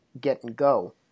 get-and-go